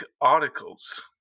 articles